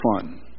fun